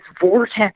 vortex